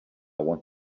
want